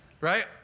Right